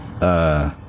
Uh-